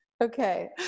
Okay